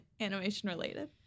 animation-related